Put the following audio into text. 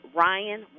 Ryan